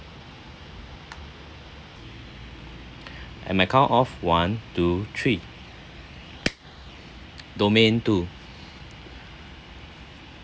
and my count of one two three domain two